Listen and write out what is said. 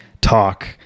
talk